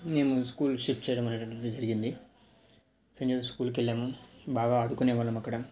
మేము school shift చేయడం అనేటువంటిది జరిగింది సెయింట్ జాన్ స్కూల్కి వెళ్ళాము బాగా ఆడుకొనేవాళ్ళము అక్కడ